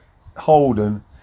Holden